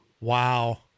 Wow